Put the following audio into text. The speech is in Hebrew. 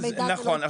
נכון.